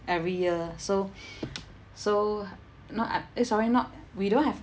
every year so so not uh eh sorry not we don't have